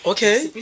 Okay